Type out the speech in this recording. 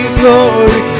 glory